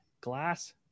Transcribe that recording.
Glass